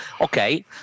okay